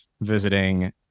visiting